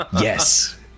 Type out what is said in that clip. yes